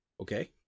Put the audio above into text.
okay